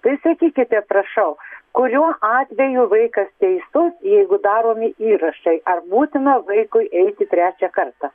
tai sakykite prašau kuriuo atveju vaikas teisus jeigu daromi įrašai ar būtina vaikui eiti trečią kartą